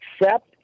accept